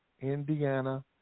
indiana